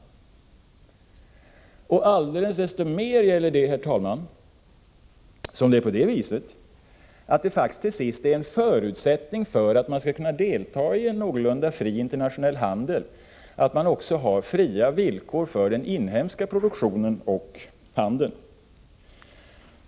Detta gäller desto mer, herr talman, med tanke på att en förutsättning för att man skall kunna delta i en någorlunda fri internationell handel faktiskt till sist är att man också har fria villkor för den inhemska produktionen och handeln.